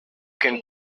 can